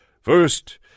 First